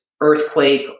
earthquake